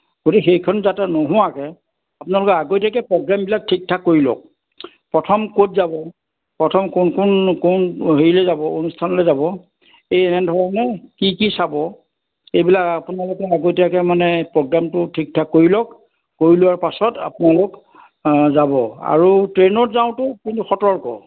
যদি সেইখন যাতে নোহোৱাকৈ আপোনালোকে আগতীয়াকৈ প্ৰগ্ৰেমবিলাক ঠিকঠাক কৰি লওক প্ৰথম ক'ত যাব প্ৰথম কোনখন কোন হেৰিলৈ যাব অনুষ্ঠানলৈ যাব এই এনে ধৰণে কি কি চাব এইবিলাক আপোনালোকে আগতীয়াকৈ মানে প্ৰগ্ৰামটো ঠিকঠাক কৰি লওক কৰি লোৱাৰ পাছত আপোনালোক যাব আৰু ট্ৰেইনত যাওঁতেও কিন্তু সতৰ্ক